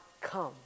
come